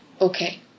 okay